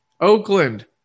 Oakland